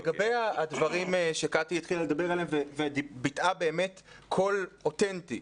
לגבי הדברים שקטי התחילה לדבר עליהם וביטאה באמת קול אותנטי,